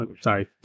Sorry